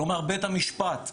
כלומר בית המשפט,